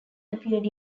appeared